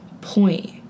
point